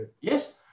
Yes